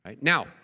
Now